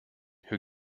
who